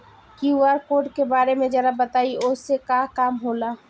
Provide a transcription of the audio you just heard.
QR code के बारे में जरा बताई वो से का काम होला?